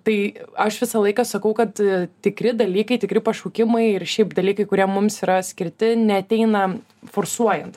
tai aš visą laiką sakau kad tikri dalykai tikri pašaukimai ir šiaip dalykai kurie mums yra skirti neateina forsuojant